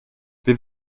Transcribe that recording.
wir